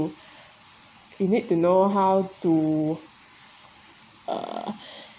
you need to know how to uh